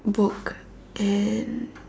book and